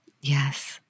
Yes